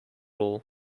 all